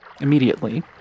immediately